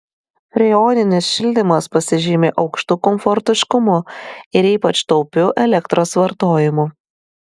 freoninis šildymas pasižymi aukštu komfortiškumu ir ypač taupiu elektros vartojimu